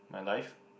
my life